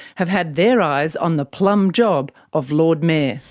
have had their eyes on the plum job of lord mayor.